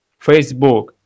Facebook